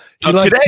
Today